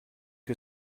que